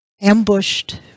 ambushed